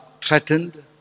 threatened